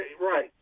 Right